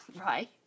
right